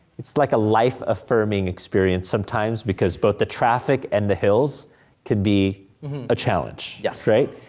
it's like a life-affirming experience sometimes, because both the traffic and the hills can be a challenge. yes. right?